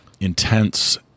intense